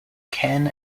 ken